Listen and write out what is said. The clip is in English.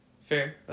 Fair